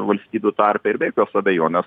valstybių tarpe ir be jokios abejonės